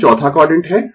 यह चौथा क्वाडरेंट है